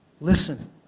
Listen